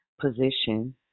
position